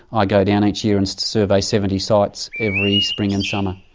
i go down each year and survey seventy sites every spring and summer.